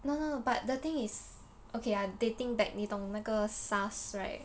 no no but the thing is okay I'm dating back 你懂那个 SARS right